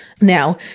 Now